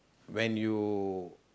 when you